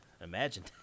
Imagine